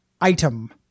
Item